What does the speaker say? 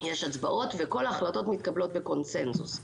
יש הצבעות, וכל ההחלטות מתקבלות בקונצנזוס.